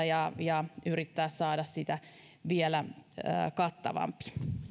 ja ja yrittää saada siitä vielä kattavampaa